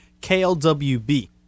KLWB